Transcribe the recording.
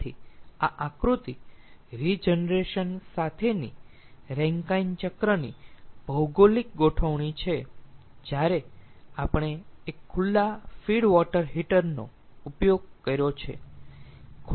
તેથી આ આકૃતિ રીજનરેશન સાથેની રેન્કાઇન ચક્રની ભૌગોલિક ગોઠવણી છે જ્યારે આપણે એક ખુલ્લા ફીડ વોટર હીટર નો ઉપયોગ કર્યો છે